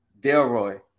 Delroy